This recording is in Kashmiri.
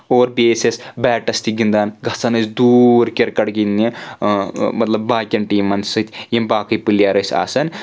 اور بیٚیہِ ٲسۍ أسۍ بیٹَس تہِ گنٛدان گژھان ٲسۍ دوٗر کِرکٹ گنٛدنہِ مطلب باقیَن ٹیٖمَن سۭتۍ یِم باقٕے پٕلیر ٲسۍ آسان